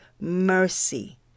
mercy